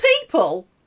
people